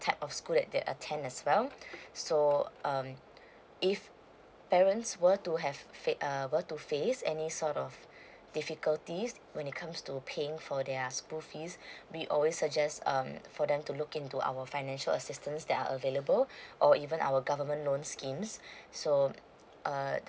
type of school that they attend as well so um if parents want to have fate um were to face any sort of difficulties when it comes to paying for their school fees we always suggest um for them to look into our financial assistance that are available or even our government loan schemes so uh